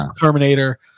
Terminator